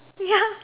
ya